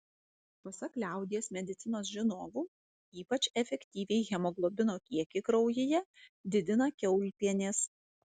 pasak liaudies medicinos žinovų ypač efektyviai hemoglobino kiekį kraujyje didina kiaulpienės